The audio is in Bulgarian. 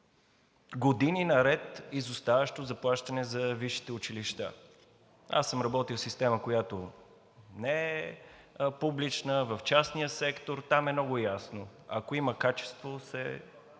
години наред изоставащо заплащане за висшите училища. Аз съм работил в система, която не е публична – в частния сектор. Там е много ясно – ако има качество, се